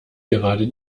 gerade